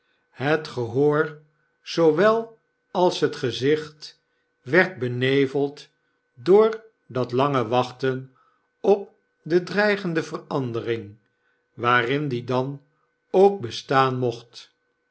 het gehoorzoowel als het gezicht werd beneveld door dat lange wachten op de dreigende verandering waarin die dan ook bestaan mocht